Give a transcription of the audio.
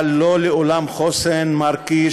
אבל לא לעולם חוסן, מר קיש.